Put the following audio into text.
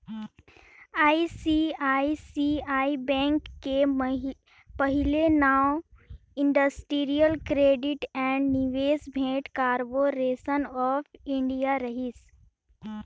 ICICI bank के पहिले नांव industrial credit and investment corporation of India रहिस